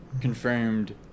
confirmed